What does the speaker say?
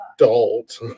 adult